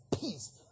peace